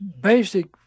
basic